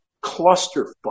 clusterfuck